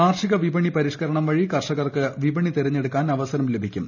കാർഷിക വിപണി പരിഷ്കരണം വഴി കർഷകർക്ക് വിപണി തെരഞ്ഞെടുക്കാൻ അവസരം ലഭിക്കും